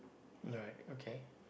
alright okay